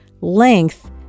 Length